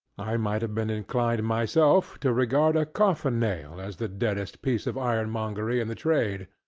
i might have been inclined, myself, to regard a coffin-nail as the deadest piece of ironmongery in the trade.